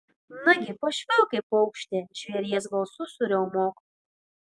nagi pašvilpk kaip paukštė žvėries balsu suriaumok